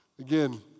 Again